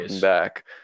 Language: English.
back